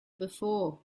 before